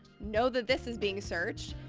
know that this is being searched.